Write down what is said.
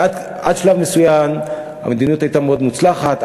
עד שלב מסוים המדיניות הייתה מאוד מוצלחת,